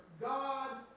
God